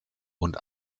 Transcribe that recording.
und